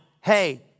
hey